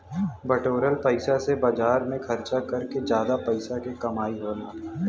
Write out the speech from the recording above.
बटोरल पइसा से बाजार में खरचा कर के जादा पइसा क कमाई होला